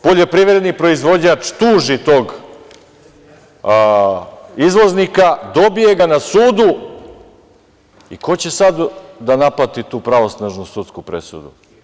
Poljoprivredni proizvođač tuži tog izvoznika, dobije ga na sudu i ko će sada da naplati tu pravosnažnu sudsku presudu?